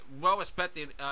well-respected